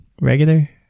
regular